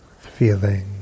feeling